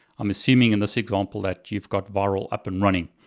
i'm assuming in this example that you've got virl up and running.